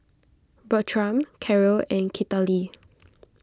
Bertram Karyl and Citlali